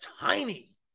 tiny